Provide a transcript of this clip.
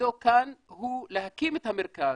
תפקידו כאן להקים את המרכז,